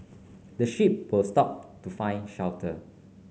the sheep will stop to find shelter